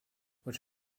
which